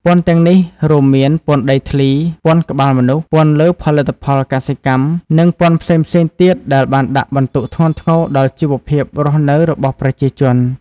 ពន្ធទាំងនេះរួមមានពន្ធដីធ្លី ពន្ធក្បាលមនុស្ស ពន្ធលើផលិតផលកសិកម្ម និងពន្ធផ្សេងៗទៀតដែលបានដាក់បន្ទុកធ្ងន់ធ្ងរដល់ជីវភាពរស់នៅរបស់ប្រជាជន។